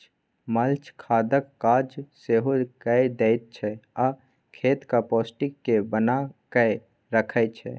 mulch खादक काज सेहो कए दैत छै आ खेतक पौष्टिक केँ बना कय राखय छै